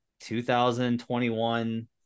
2021